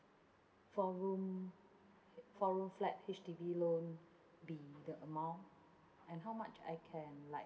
four room four room flat H_D_B loan be the amount and how much I can like